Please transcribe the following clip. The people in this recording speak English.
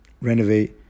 renovate